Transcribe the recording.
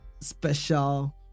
special